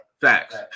Facts